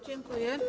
Dziękuję.